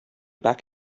back